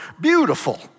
beautiful